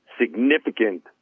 significant